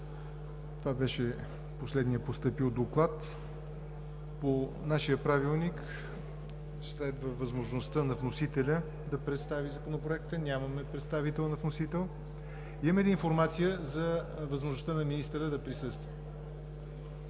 Това беше последният постъпил доклад. По нашия правилник следва възможността вносителят да представи Законопроекта. Нямаме представител на вносителя. Имаме ли информация за възможността министърът да присъства?